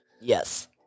Yes